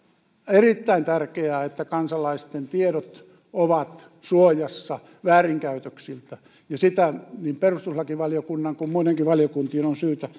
erittäin tärkeää että kansalaisten tiedot ovat suojassa väärinkäytöksiltä ja sitä niin perustuslakivaliokunnan kuin muidenkin valiokuntien on syytä